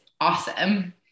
awesome